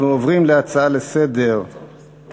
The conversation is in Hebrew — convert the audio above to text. אנחנו עוברים להצעות לסדר-היום.